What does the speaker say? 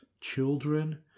children